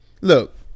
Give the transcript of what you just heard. Look